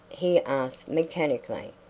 he asked, mechanically.